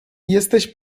jesteś